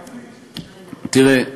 תראה,